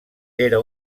era